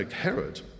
Herod